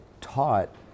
taught